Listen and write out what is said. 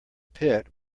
pit